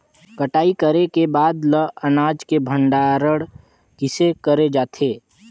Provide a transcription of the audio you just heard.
कटाई करे के बाद ल अनाज के भंडारण किसे करे जाथे?